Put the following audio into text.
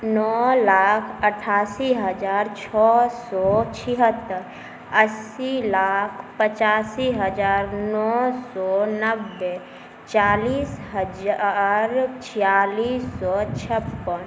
नओ लाख अठासी हजार छओ सौ छिहत्तर अस्सी लाख पचासी हजार नओ सओ नब्बे चालीस हजार छिआलिस सओ छप्पन